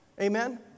Amen